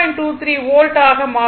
23 volt ஆக மாறும்